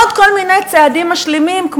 ועוד כל מיני צעדים משלימים,